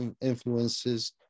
influences